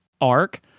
arc